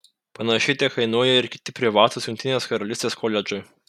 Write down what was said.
panašiai tiek kainuoja ir kiti privatūs jungtinės karalystės koledžai